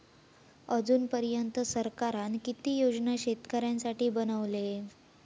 अजून पर्यंत सरकारान किती योजना शेतकऱ्यांसाठी बनवले?